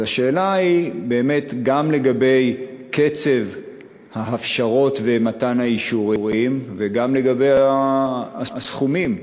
אז השאלה היא גם לגבי קצב ההפשרות ומתן האישורים וגם לגבי הסכומים.